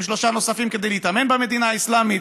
שלושה נוספים כדי להתאמן במדינה האסלאמית.